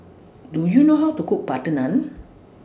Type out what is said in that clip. Do YOU know How to Cook Butter Naan